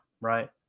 Right